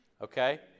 Okay